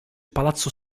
palazzo